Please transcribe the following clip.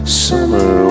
summer